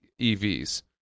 EVs